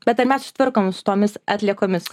bet ar mes susitvarkome su tomis atliekomis